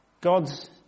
God's